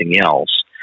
else